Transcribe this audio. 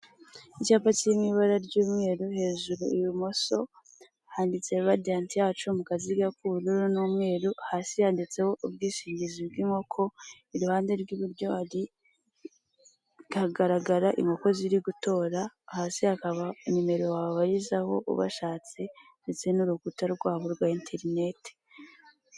Icyapa kiririmo ibara ry'umweru hejuru ibumoso handitse landeti yacu mu kaziga k'ubururu n'umweru hasi yanditseho ubwishingizi bw'inkoko iruhande rw'iburyo, hari hagaragara inkoko ziri gutora hasi hakaba nimero babarizaho ubashatse ndetse n'urukuta rwabo rwa interineti.